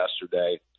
yesterday